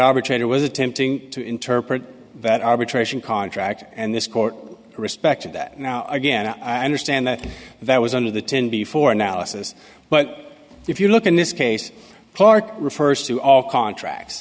arbitrator was attempting to interpret that arbitration contract and this court respected that now again i understand that that was one of the ten before analysis but if you look in this case clarke refers to all contracts